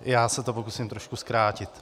Já se to pokusím trošku zkrátit.